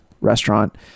restaurant